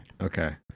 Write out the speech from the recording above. Okay